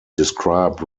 described